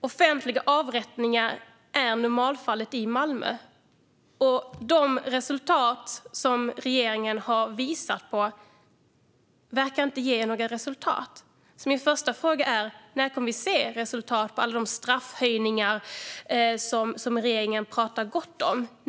Offentliga avrättningar är normalfallet i Malmö, och det som regeringen har visat på verkar inte ge några resultat. Min första fråga är: När kommer vi att se resultat av alla de straffhöjningar som regeringen pratar gott om?